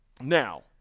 Now